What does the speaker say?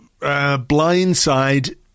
blindside